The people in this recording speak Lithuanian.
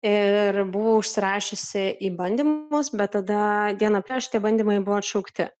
ir buvau užsirašiusi į bandymus bet tada dieną prieš tie bandymai buvo atšaukti